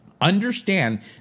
Understand